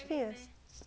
wait I sneeze